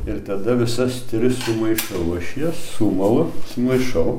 ir tada visas tris sumaišiau aš jas sumalu sumaišau